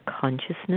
consciousness